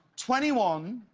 twenty one,